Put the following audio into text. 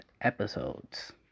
episodes